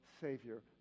Savior